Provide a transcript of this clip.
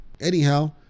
Anyhow